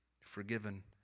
forgiven